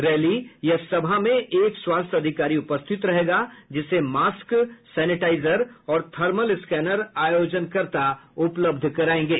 rally या सभा में एक स्वास्थ्य अधिकारी उपस्थित रहेगा जिसे मास्क सेनेटाईजर और थर्मल स्कैनर आयोजनकर्ता उपलब्ध करायेंगे